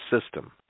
system